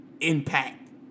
Impact